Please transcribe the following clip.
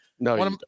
No